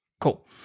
cool